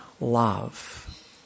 love